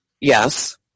Yes